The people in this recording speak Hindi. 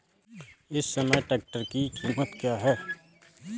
इस समय ट्रैक्टर की कीमत क्या है?